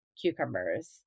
cucumbers